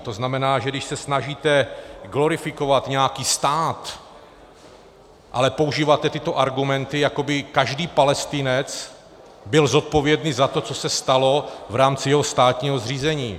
To znamená, že když se snažíte glorifikovat nějaký stát, ale používáte tyto argumenty, jako by každý Palestinec byl zodpovědný za to, co se stalo v rámci jeho státního zřízení.